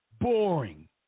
Boring